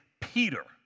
Peter